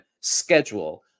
schedule